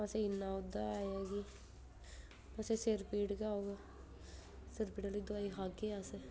असें गी सिर पीड़ गै होग अस सिर पीड़ आह्ली दोआई खागे